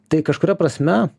tai kažkuria prasme